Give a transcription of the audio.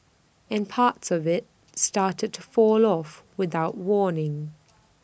and parts of IT started to fall off without warning